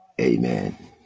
Amen